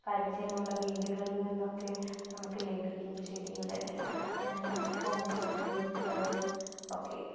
പരിചയമുള്ള വീടുകളിൽ നിന്നൊക്കെ നമുക്ക് ലഭിക്കും ചെടിയുടെ കൊമ്പുകളും വിത്തുകളും ഒക്കെ